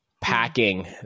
packing